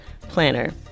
planner